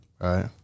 right